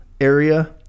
area